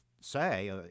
say